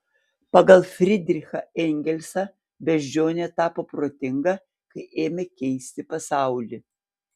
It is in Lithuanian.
pagal fridrichą engelsą beždžionė tapo protinga kai ėmė keisti pasaulį